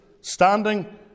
standing